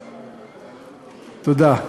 תודה.